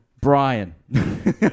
Brian